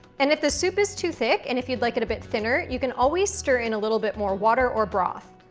and if the soup is too thick, and if you'd like it a bit thinner, you can always stir in a little bit more water or broth,